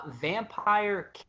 vampire